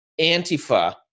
Antifa